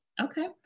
Okay